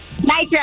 Nitro